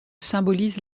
symbolise